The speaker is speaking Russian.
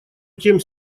тем